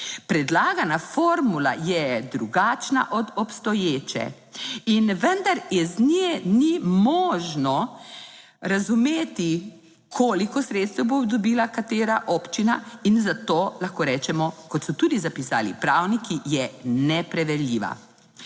Predlagana formula je drugačna od obstoječe in vendar iz nje ni možno razumeti, koliko sredstev bo dobila katera občina. In zato lahko rečemo, kot so tudi zapisali pravniki, je nepreverljiva.